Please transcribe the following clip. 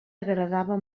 agradava